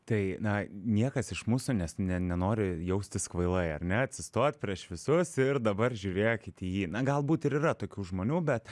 tai na niekas iš mūsų nes ne nenori jaustis kvailai ar ne atsistot prieš visus ir dabar žiūrėkit į jį na galbūt ir yra tokių žmonių bet